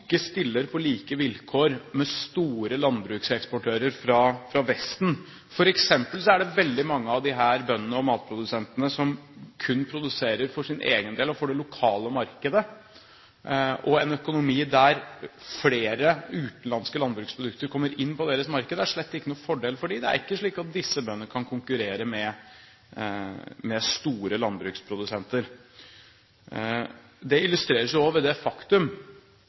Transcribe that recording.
stiller på like vilkår med store landbrukseksportører fra Vesten. For eksempel er det veldig mange av disse bøndene og matprodusentene som kun produserer for sin egen del og for det lokale markedet, og en økonomi der flere utenlandske landbruksprodukter kommer inn på deres markeder, er slett ikke noen fordel for dem. Det er ikke slik at disse bøndene kan konkurrere med store landbruksprodusenter. Det illustreres også ved det faktum